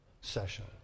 session